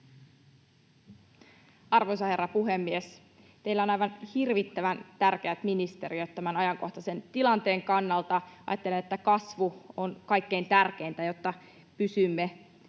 Arvoisa herra puhemies! Teillä on aivan hirvittävän tärkeät ministeriöt tämän ajankohtaisen tilanteen kannalta. Ajattelen, että kasvu on kaikkein tärkeintä, jotta pysymme